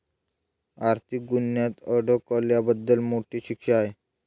आर्थिक गुन्ह्यात अडकल्याबद्दल मोठी शिक्षा आहे